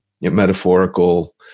metaphorical